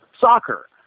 soccer